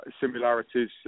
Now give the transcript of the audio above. Similarities